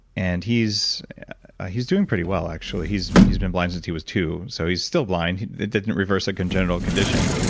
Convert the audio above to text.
and he's ah he's doing pretty well, actually. he's he's been blind since he was two, so he's still blind. it didn't reverse a congenital condition.